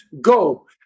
go